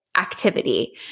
Activity